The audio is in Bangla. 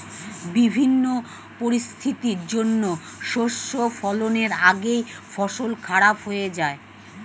বিভিন্ন পরিস্থিতির জন্যে শস্য ফলনের আগেই ফসল খারাপ হয়ে যায়